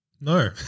No